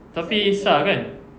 tapi sah kan